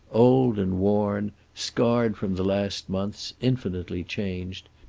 old and worn, scarred from the last months, infinitely changed.